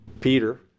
Peter